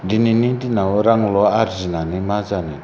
दिनैनि दिनाव रांल' आरजिनानै मा जानो